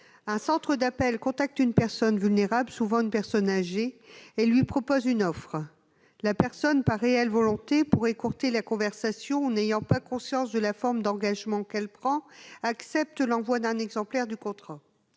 un centre d'appels contacte une personne vulnérable, souvent une personne âgée, et lui fait une offre ; cette personne, voulant écourter la conversation et n'ayant pas conscience de l'engagement qu'elle prend, accepte l'envoi d'un exemplaire du contrat.